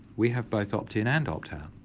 we have both opt in and opt out,